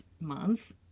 Month